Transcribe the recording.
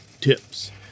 tips